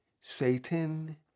Satan